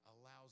allows